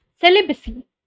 celibacy